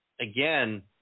again